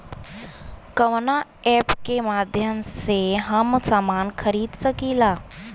कवना ऐपके माध्यम से हम समान खरीद सकीला?